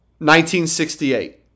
1968